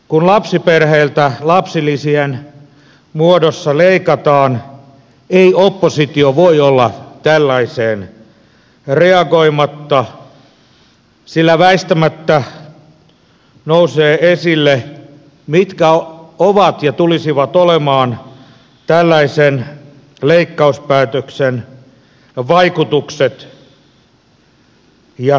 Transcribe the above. kun lapsiperheiltä leikataan lapsilisien muodossa ei oppositio voi olla tällaiseen reagoimatta sillä väistämättä nousee esille mitkä ovat ja tulisivat olemaan tällaisen leikkauspäätöksen vaikutukset ja seuraukset